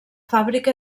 fàbrica